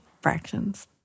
fractions